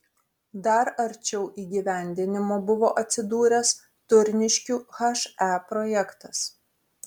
dar arčiau įgyvendinimo buvo atsidūręs turniškių he projektas